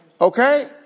Okay